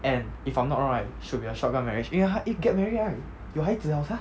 and if I'm not wrong right should be a shotgun marriage 因为他一 get married right 要孩子了 sia